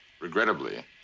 Regrettably